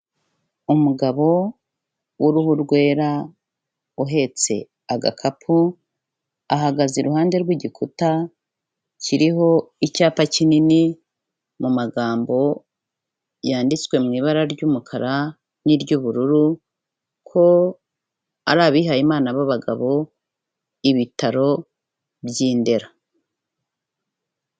Umugabo w'uruhu rwera uhetse agakapu, ahagaze iruhande rw'igikuta kiriho icyapa kinini mu magambo yanditswe mu ibara ry'umukara n'iry'ubururu ko ari abihaye imana baba bagabo, ibitaro by'i Ndera.